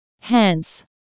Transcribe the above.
Hence